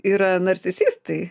yra narcisistai